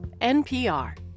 NPR